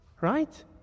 Right